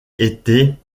été